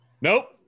nope